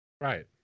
Right